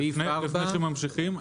לפני שממשיכים,